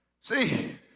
see